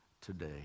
today